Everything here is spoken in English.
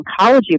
oncology